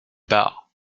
bow